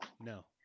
No